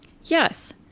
Yes